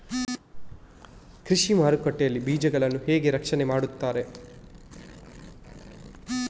ಕೃಷಿ ಮಾರುಕಟ್ಟೆ ಯಲ್ಲಿ ಬೀಜಗಳನ್ನು ಹೇಗೆ ರಕ್ಷಣೆ ಮಾಡ್ತಾರೆ?